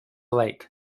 lake